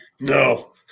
No